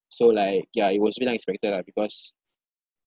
so like ya it was a bit unexpected lah because